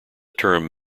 term